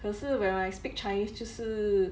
可是 when I speak chinese 就是